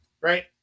right